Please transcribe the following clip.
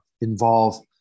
involve